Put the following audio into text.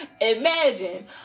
Imagine